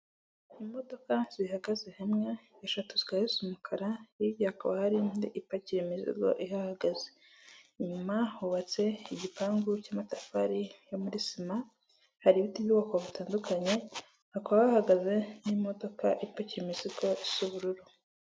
Imodoka zihagaze hamwe eshatu zikaba zisa umukara hirya hakaba hari indi ipakiye imizigo ihahagaze. Inyuma hubatse igipangu cy'amatafari yo muri sima, hari ibiti by'ubwoko butandukanye, hakaba hahagaze n'imodoka ipakiye imizigo isa ubururu.